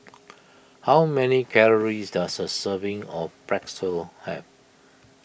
how many calories does a serving of Pretzel have